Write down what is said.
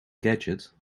gadget